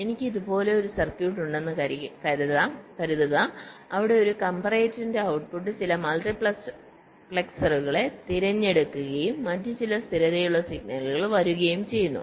എനിക്ക് ഇതുപോലൊരു സർക്യൂട്ട് ഉണ്ടെന്ന് കരുതുക അവിടെ ഒരു കംപാറേറ്ററിന്റെ ഔട്ട്പുട്ട് ചില മൾട്ടിപ്ലെക്സറുകളെ തിരഞ്ഞെടുക്കുകയും മറ്റ് ചില സ്ഥിരതയുള്ള സിഗ്നൽ വരുകയും ചെയ്യുന്നു